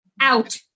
Out